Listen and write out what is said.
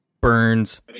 burns